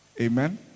Amen